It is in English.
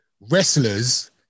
wrestlers